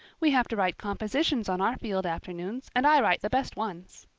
we have to write compositions on our field afternoons and i write the best ones.